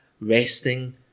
resting